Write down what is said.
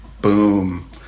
boom